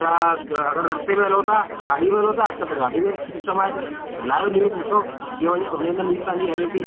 त अगरि रस्ते में हलो था गाॾी में हलो था अॼुकल्ह त गाॾी में सिस्टम आहे हलायो न्यूज़ ॾिसो कीअं हुन हुनजे अंदरि न्यूज़ तव्हांजी हले थी